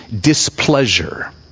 displeasure